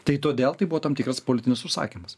tai todėl tai buvo tam tikras politinis užsakymas